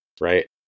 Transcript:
right